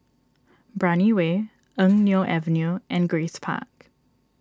Brani Way Eng Neo Avenue and Grace Park